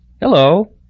Hello